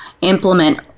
implement